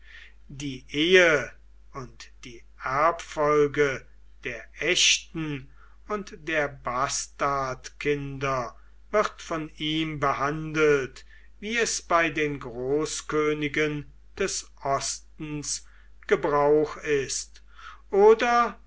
die ehe und die erbfolge der echten und der bastardkinder wird von ihm behandelt wie es bei den großkönigen des ostens gebrauch ist oder